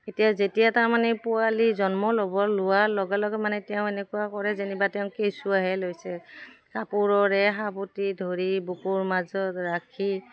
এতিয়া যেতিয়া তাৰমানে পোৱালি জন্ম ল'ব লোৱাৰ লগে লগে মানে তেওঁ এনেকুৱা কৰে যেনিবা তেওঁ কেচুৱাহে লৈছে কাপোৰৰে সাবতি ধৰি বুকুৰ মাজত ৰাখি